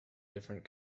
different